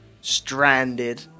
stranded